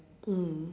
mm